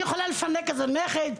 אני יכולה לפנק איזה נכד?